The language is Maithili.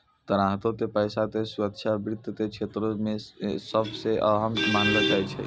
ग्राहको के पैसा के सुरक्षा वित्त के क्षेत्रो मे सभ से अहम मानलो जाय छै